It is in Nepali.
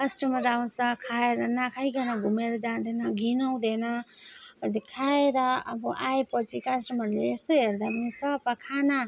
कस्टमर आउँछ आएर नखाईकन घुमेर जाँदैन घिनाउँदैन अनि खाएर अब आए पछि कस्टमरले यसो हेर्दा पनि सफा खाना